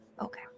Okay